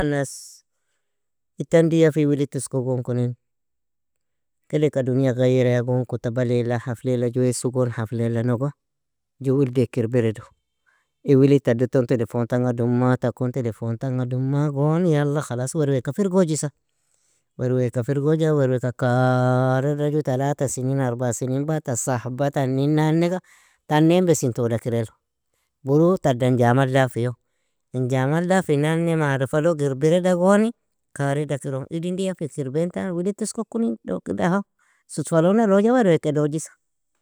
Annas idd tan diya fi, wild tusko gon kunin, kede ka duniya gayreya gon kuta baleala, hafleala, jue isogon hafleala noga, ju wildeak irbiredo. In wild tadoton telefon tanga dumma, takon telefon tanga dumma gon, يلا خلاص werweaka firgojisa. Werweaka firgojaa, werweaka karida ju تلاتة سنين, arbaa sininbata, sahba tanin nane ga, tanain besin toda kir elo, buru tadan jaamal dafiyo, in jaamal dafi nani marهfalog irbireda goni, kareda kiro idin diya fiek irbaintan wilid tusko kunin do ahoو sudfalo naloja werweak edojisa.